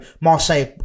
Marseille